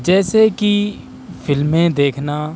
جیسے کہ فلمیں دیکھنا